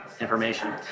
information